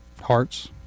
hearts